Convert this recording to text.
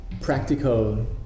practical